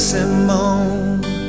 Simone